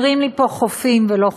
אומרים לי פה חופים ולא חוּפּים.